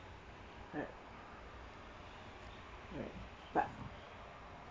right right but